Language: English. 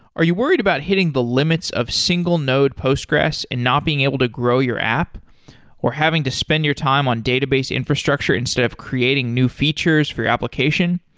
are you worried about hitting the limits of single node postgres and not being able to grow your app or having to spend your time on database infrastructure instead of creating new features for you application?